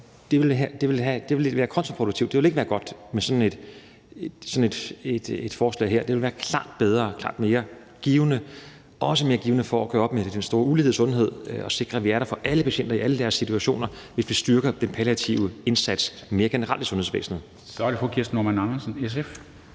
det ville være kontraproduktivt, at det ikke ville være godt med sådan et forslag her. Det vil være klart bedre og klart mere givende, også mere givende i forhold til at gøre op med den store ulighed i sundhed og sikre, at vi er der for alle patienter i alle deres situationer, hvis vi styrker den palliative indsats mere generelt i sundhedsvæsenet. Kl. 10:17 Formanden